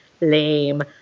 lame